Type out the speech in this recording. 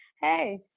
Hey